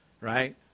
Right